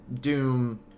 Doom